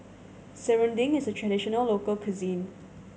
serunding is a traditional local cuisine